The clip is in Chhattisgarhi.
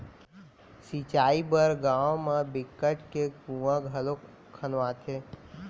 सिंचई बर गाँव म बिकट के कुँआ घलोक खनवाथे